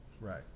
right